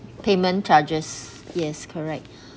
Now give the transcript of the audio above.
payment charges yes correct